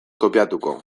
kopiatuko